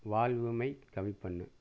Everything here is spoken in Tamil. வால்யூமை கம்மி பண்ணு